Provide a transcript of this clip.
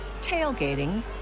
tailgating